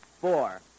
four